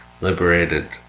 liberated